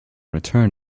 return